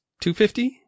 250